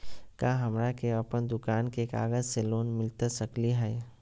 का हमरा के अपन दुकान के कागज से लोन मिलता सकली हई?